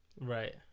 Right